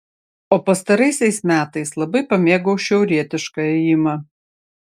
o pastaraisiais metais labai pamėgau šiaurietišką ėjimą